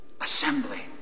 Assembly